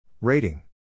Rating